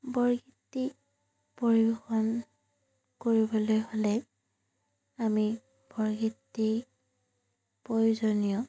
বৰগীত পৰিৱেশন কৰিবলৈ হ'লে আমি বৰগীতটি প্ৰয়োজনীয়